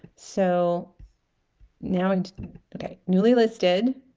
so now and okay newly listed